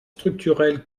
structurelles